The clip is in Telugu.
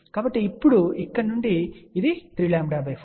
కాబట్టి ఇప్పుడు ఇక్కడ నుండి ఇది 3 λ4